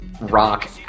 Rock